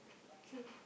true